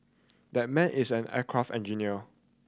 that man is an aircraft engineer